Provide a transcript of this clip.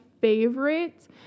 favorite